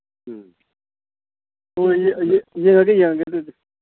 ꯎꯝ ꯑꯣ ꯌꯦꯡꯉꯒꯦ ꯌꯦꯡꯉꯒꯦ ꯑꯗꯨꯗꯤ